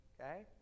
okay